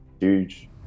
huge